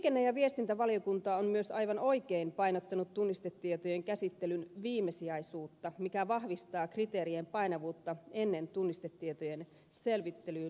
liikenne ja viestintävaliokunta on myös aivan oikein painottanut tunnistetietojen käsittelyn viimesijaisuutta mikä vahvistaa kriteerien painavuutta ennen tunnistetietojen selvittelyyn ryhtymistä